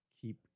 keep